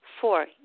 Four